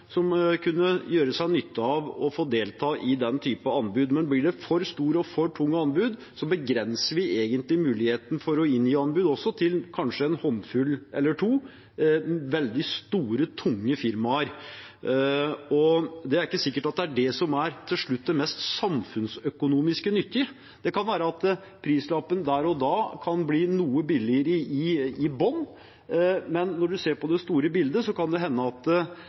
som kunne gjøre seg nytte av å få delta i den type anbud. Men blir det for store og for tunge anbud, begrenser vi egentlig muligheten for å inngi anbud til kanskje en håndfull eller to veldig store og tunge firmaer, og det er ikke sikkert at det til slutt er det som er mest samfunnsøkonomisk nyttig. Det kan være at prislappen der og da kan bli noe billigere, i bunnen, men når man ser på det store bildet, kan det hende at